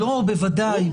בוודאי,